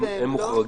הם מוחרגים.